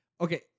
okay